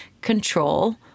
control